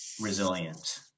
resilient